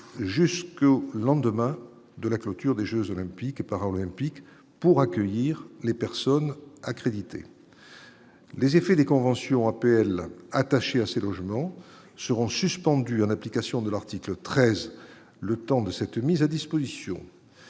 jusqu'au lendemain de la clôture des Jeux olympiques et paralympiques pour accueillir les personnes accréditées, les effets des conventions APL attachés à ces logements seront suspendus en application de l'article 13 le temps de cette mise à disposition,